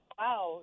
wow